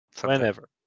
Whenever